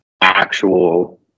actual